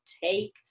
take